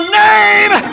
name